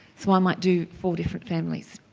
so i might do four different families.